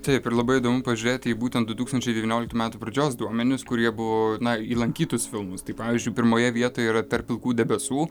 taip ir labai įdomu pažiūrėt į būtent du tūkstančiai devynioliktų metų pradžios duomenis kurie buvo na į lankytus filmus tai pavyzdžiui pirmoje vietoje yra tarp pilkų debesų